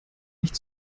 nicht